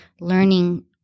learning